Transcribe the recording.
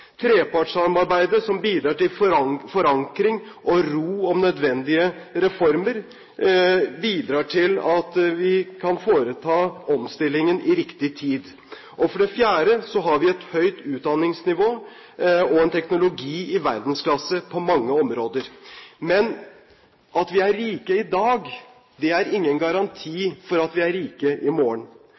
Trepartssamarbeidet som bidrar til forankring og ro om nødvendige reformer, bidrar til at vi kan foreta omstillingen i riktig tid. For det fjerde har vi et høyt utdanningsnivå og en teknologi i verdensklasse på mange områder. Men at vi er rike i dag, er ingen garanti for at vi er rike i morgen.